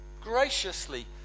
graciously